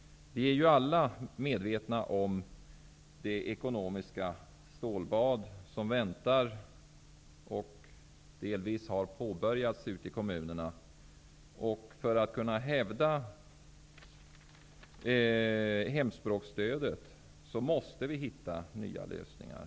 Vi är ju alla medvetna om det ekonomiska stålbad som väntar och delvis har påbörjats ute i kommunerna, och för att kunna hävda hemspråksstödet måste vi hitta nya lösningar.